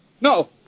No